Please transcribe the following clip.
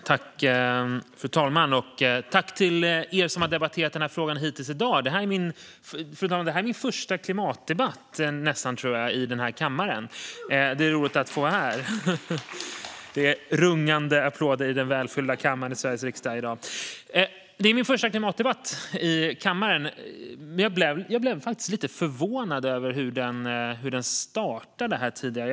Fru talman! Tack till er som har debatterat den här frågan hittills i dag! Det här är min första klimatdebatt i kammaren. Det är roligt att få vara här. Det är rungande applåder i den välfyllda kammaren i Sveriges riksdag i dag. Jag blev faktiskt lite förvånad över hur klimatdebatten startade här tidigare.